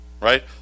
Right